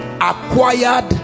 acquired